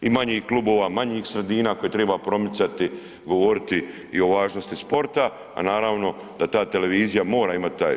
I manjih klubova, manjih sredina koje treba promicati i govoriti i o važnosti sporta, a naravno da ta televizija mora imati taj.